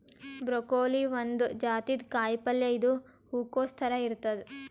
broccoli ಒಂದ್ ಜಾತಿದ್ ಕಾಯಿಪಲ್ಯ ಇದು ಹೂಕೊಸ್ ಥರ ಇರ್ತದ್